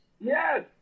yes